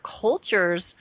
culture's